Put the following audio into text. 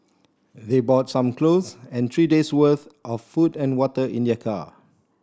they brought some clothes and three day' worth of food and water in their car